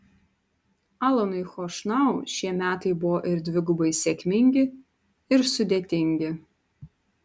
alanui chošnau šie metai buvo ir dvigubai sėkmingi ir sudėtingi